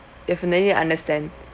definitely understand